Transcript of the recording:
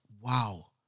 wow